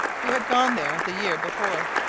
who had gone there the year before.